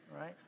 right